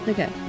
Okay